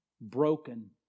broken